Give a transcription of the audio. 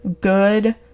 good